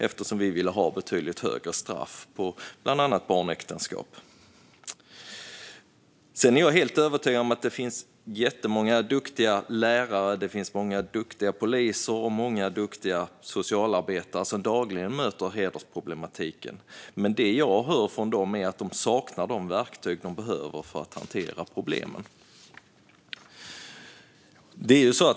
Vi ville nämligen ha betydligt högre straff för bland annat barnäktenskap. Sedan är jag helt övertygad om att det finns jättemånga duktiga lärare. Det finns också många duktiga poliser och socialarbetare som dagligen möter hedersproblematiken. Men det jag hör från dem är att de saknar de verktyg de behöver för att hantera problemen.